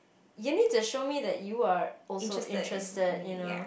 you need to show me that you are also interested you know